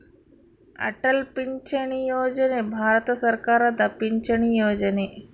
ಅಟಲ್ ಪಿಂಚಣಿ ಯೋಜನೆ ಭಾರತ ಸರ್ಕಾರದ ಪಿಂಚಣಿ ಯೊಜನೆ